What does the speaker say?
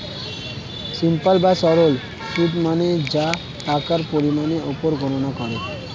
simple বা সরল সুদ মানে যা টাকার পরিমাণের উপর গণনা করে